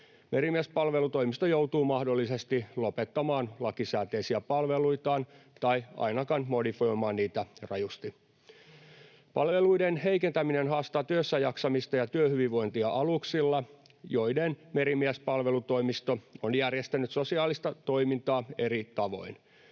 Merimiespalvelutoimisto joutuu mahdollisesti lopettamaan lakisääteisiä palveluitaan tai ainakin modifioimaan niitä rajusti. Palveluiden heikentäminen haastaa työssäjaksamista ja työhyvinvointia aluksilla, joilla Merimiespalvelutoimisto on järjestänyt sosiaalista toimintaa eri tavoin.